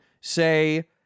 say